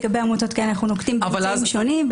לגבי עמותות כאלה אנחנו נוקטים באמצעים שונים,